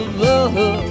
love